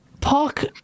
park